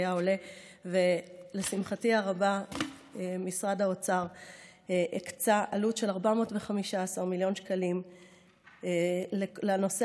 ולשמחתי הרבה משרד האוצר הקצה 415 מיליון שקלים לנושא